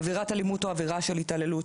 עבירת אלימות או עבירה של התעללות,